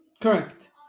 Correct